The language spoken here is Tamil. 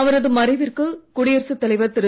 அவரது மறைவுக்கு குடியரசுத் தலைவர் திரு